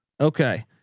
Okay